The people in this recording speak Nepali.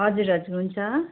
हजुर हजुर हुन्छ